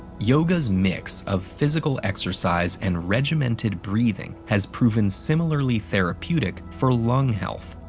yoga's mix of physical exercise and regimented breathing has proven similarly therapeutic for lung health.